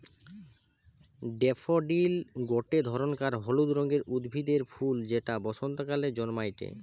daffodil গটে ধরণকার হলুদ রঙের উদ্ভিদের ফুল যেটা বসন্তকালে জন্মাইটে